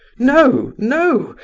no, no!